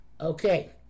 Okay